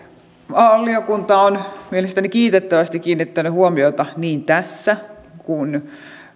valiokunta on mielestäni kiitettävästi kiinnittänyt huomiota niin tässä kuin